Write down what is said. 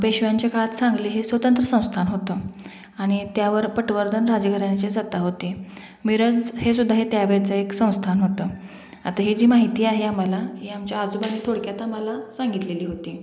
पेशव्यांच्या काळात सांगली हे स्वतंत्र संस्थान होतं आणि त्यावर पटवर्धन राजघराण्याची सत्ता होती मिरज हे सुद्धा हे त्यावेळचं एक संस्थान होतं आता ही जी माहिती आहे आम्हाला ही आमच्या आजोबांनी थोडक्यात आम्हाला सांगितलेली होती